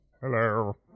Hello